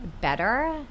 better